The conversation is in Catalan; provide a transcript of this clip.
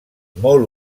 molt